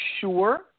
sure